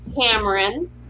Cameron